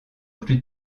plus